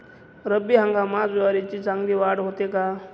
रब्बी हंगामात ज्वारीची चांगली वाढ होते का?